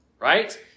Right